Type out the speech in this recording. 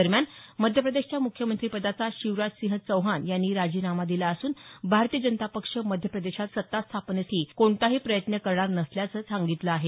दरम्यान मध्यप्रदेशच्या मुख्यमंत्रिपदाचा शिवराजसिंह चौहान यांनी राजीनामा दिला असून भारतीय जनता पक्ष मध्यप्रदेशात सत्ता स्थापनेसाठी कोणताही प्रयत्न करणार नसल्याचं त्यांनी सांगितलं आहे